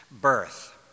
birth